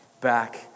back